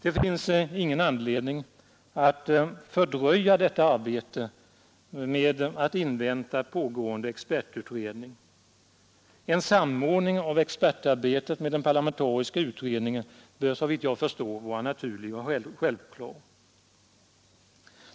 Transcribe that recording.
Det finns ingen anledning att fördröja detta arbete med att invänta pågående expertutredning. En samordning av expertarbetet med den parlamentariska utredningen bör, såvitt jag förstår, vara naturlig och självklar.